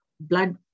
blood